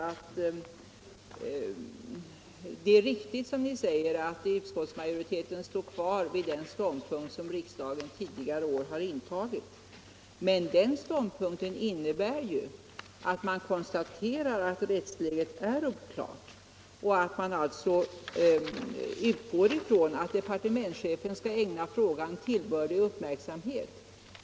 Det är riktigt som ni säger att utskottsmajoriteten står kvar på den ståndpunkt som riksdagen tidigare år har intagit, men den ståndpunkten innebär ju att man konstaterar att rättsläget är oklart och att man alltså utgår från att departementschefen skall ägna frågan tillbörlig uppmärksamhet.